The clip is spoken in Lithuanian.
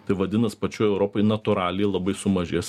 tai vadinas pačioj europoj natūraliai labai sumažės